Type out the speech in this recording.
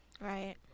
Right